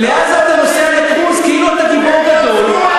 לעזה אתה נוסע לקרוז כאילו אתה גיבור גדול,